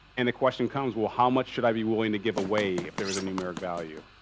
and the question comes. well, how much should i be willing to give away if there is a numeric value?